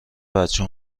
بچه